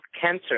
cancer